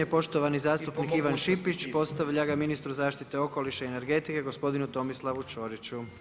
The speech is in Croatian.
Poštovani zastupnik Ivan Šipić postavlja ga ministru zaštite okoliša i energetike gospodinu Tomislavu Čoriću.